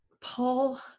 Paul